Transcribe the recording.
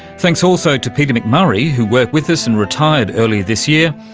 thanks also to peter mcmurray who worked with us and retired earlier this year,